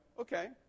okay